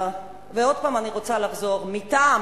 עוד פעם אני רוצה לחזור, מטעם